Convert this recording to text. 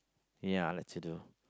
ya I like to do